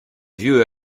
vieux